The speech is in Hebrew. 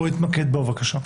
בוא נתמקד בו בבקשה.